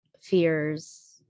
fears